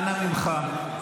אנא ממך,